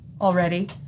already